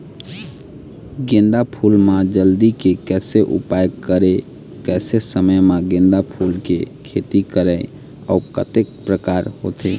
गेंदा फूल मा जल्दी के कैसे उपाय करें कैसे समय मा गेंदा फूल के खेती करें अउ कतेक प्रकार होथे?